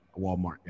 Walmart